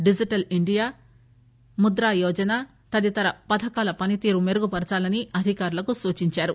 digital India Mudra Yojana తదితర పథకాల పనితీరు మెరుగు పరచాలని అధికారులకు సూచించారు